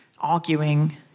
arguing